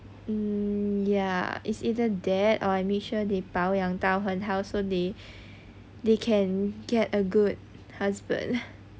um ya it's either that or I made sure they 保养到很好 so they they can get a good husband